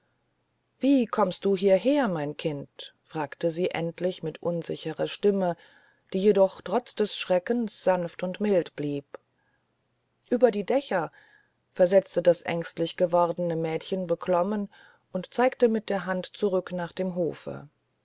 wie kommst du hierher mein kind fragte sie endlich mit unsicherer stimme die jedoch trotz des schreckens sanft und mild blieb ueber die dächer versetzte das ängstlich gewordene kleine mädchen beklommen und zeigte mit der hand zurück nach dem hofe